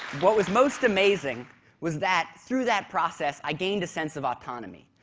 what was most amazing was that through that process i gained a sense of autonomy.